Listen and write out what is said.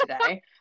today